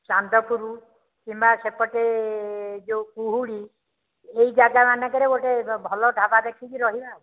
ଚାନ୍ଦପୁର କିମ୍ବା ସେପଟେ ଯୋଉ କୁହୁଡ଼ି ଏଇ ଜାଗା ମାନଙ୍କରେ ଗୋଟେ ଭଲ ଢାବା ଦେଖିକି ରହିବା ଆଉ